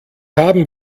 haben